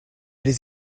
les